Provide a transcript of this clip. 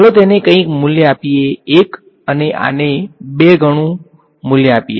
ચાલો તેને કઈંક મુલ્ય આપીયે 1 અને આને 2 ગણું મૂલ્ય આપીએ